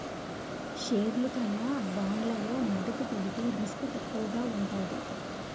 షేర్లు కన్నా బాండ్లలో మదుపు పెడితే రిస్క్ తక్కువగా ఉంటాది